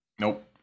Nope